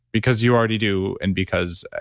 because you already do, and because,